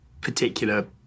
particular